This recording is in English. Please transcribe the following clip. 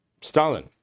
Stalin